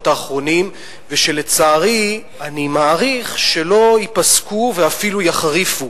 האחרונים ושלצערי אני מעריך שלא ייפסקו ואפילו יחריפו.